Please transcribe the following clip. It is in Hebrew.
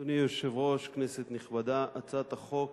אדוני היושב-ראש, כנסת נכבדה, הצעת החוק